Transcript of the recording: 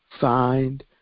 find